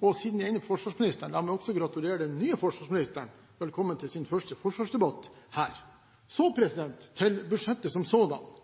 senere. Siden jeg er inne på forsvarsministeren, la meg også gratulere den nye forsvarsministeren og ønske ham velkommen til sin første forsvarsdebatt her. Så til budsjettet som sådant: